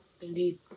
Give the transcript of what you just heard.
Indeed